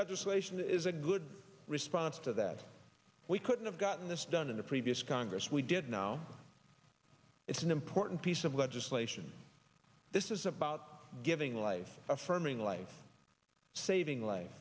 legislation is a good response to that we couldn't have gotten this done in the previous congress we did now it's an important piece of legislation this is about giving life affirming life saving li